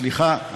סליחה.